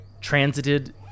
transited